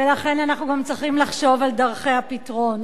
ולכן אנחנו גם צריכים לחשוב על דרכי הפתרון.